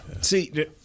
See